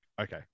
okay